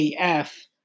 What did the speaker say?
AF